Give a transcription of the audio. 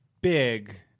big